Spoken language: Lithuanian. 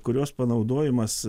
kurios panaudojimas